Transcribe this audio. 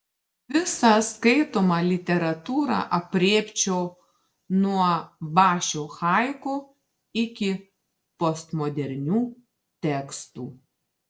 visą skaitomą literatūrą aprėpčiau nuo bašio haiku iki postmodernių tekstų